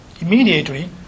immediately